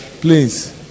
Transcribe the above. Please